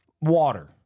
Water